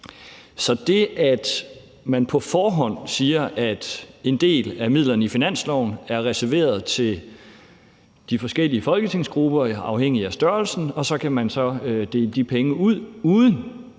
Så det, at man på forhånd siger, at en del af midlerne i finansloven er reserveret til de forskellige folketingsgrupper afhængigt af størrelsen, og at man så kan dele de penge ud uden